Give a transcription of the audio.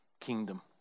kingdom